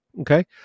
okay